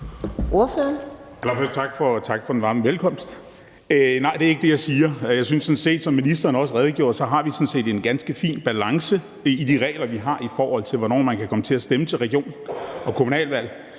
Tak for den varme velkomst. Nej, det er ikke det, jeg siger, og jeg synes sådan set, at vi, som ministeren også redegjorde for, har en ganske fin balance i de regler, vi har, i forhold til hvornår man kan komme til at stemme til regional- og kommunalvalg,